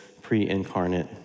pre-incarnate